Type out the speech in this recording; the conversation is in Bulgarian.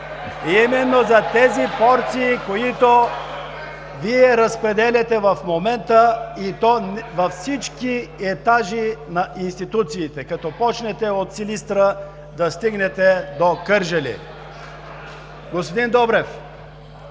Именно за тези порции, които Вие разпределяте в момента, и то във всички етажи на институциите, като започнете от Силистра и стигнете до Кърджали. Господин Добрев,